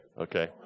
Okay